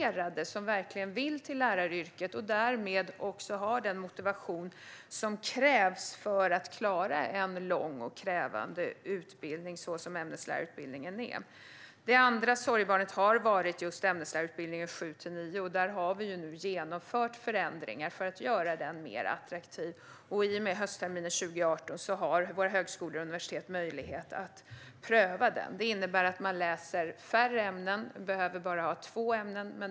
Man når dem som verkligen vill till läraryrket och därmed också har den motivation som krävs för att klara en sådan lång och krävande utbildning som ämneslärarutbildningen är. Det andra sorgebarnet har varit just ämneslärarutbildningen 7-9. Där har vi nu genomfört förändringar för att göra den mer attraktiv. Från och med höstterminen 2018 har våra högskolor och universitet möjlighet att pröva den. Det innebär att man läser färre ämnen; man behöver bara ha två ämnen.